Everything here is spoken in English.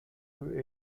who